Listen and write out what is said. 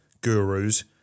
gurus